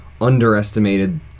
underestimated